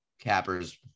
cappers